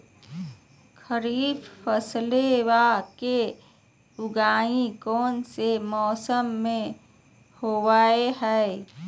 खरीफ फसलवा के उगाई कौन से मौसमा मे होवय है?